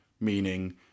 meaning